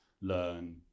learn